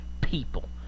people